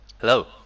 Hello